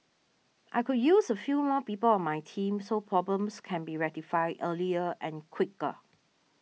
I could use a few more people on my team so problems can be rectified earlier and quicker